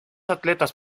atletas